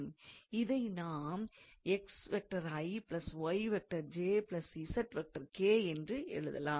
இதை நாம் என்றும் எழுதலாம்